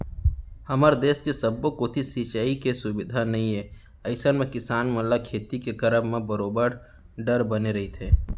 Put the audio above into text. हमर देस के सब्बो कोती सिंचाई के सुबिधा नइ ए अइसन म किसान मन ल खेती के करब म बरोबर डर बने रहिथे